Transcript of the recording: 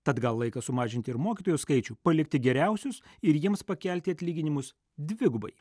tad gal laikas sumažinti ir mokytojų skaičių palikti geriausius ir jiems pakelti atlyginimus dvigubai